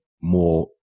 more